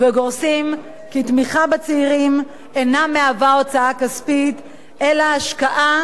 וגורסים כי תמיכה בצעירים אינה הוצאה כספית אלא השקעה